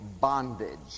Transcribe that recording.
bondage